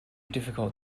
difficult